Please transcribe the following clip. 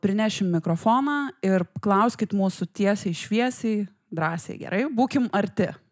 prinešim mikrofoną ir klauskit mūsų tiesiai šviesiai drąsiai gerai būkim arti